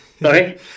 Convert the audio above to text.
Sorry